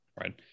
right